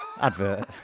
advert